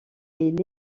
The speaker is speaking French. est